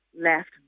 left